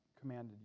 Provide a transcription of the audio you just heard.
commanded